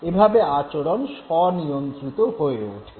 এভাবে আচরণ স্বনিয়ন্ত্রিত হয়ে ওঠে